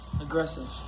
Aggressive